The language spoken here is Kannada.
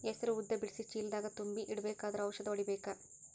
ಹೆಸರು ಉದ್ದ ಬಿಡಿಸಿ ಚೀಲ ದಾಗ್ ತುಂಬಿ ಇಡ್ಬೇಕಾದ್ರ ಔಷದ ಹೊಡಿಬೇಕ?